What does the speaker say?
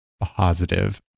positive